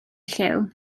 lliw